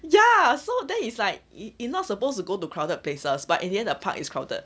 ya so then is like it it's not supposed to go to crowded places but in the end the park is crowded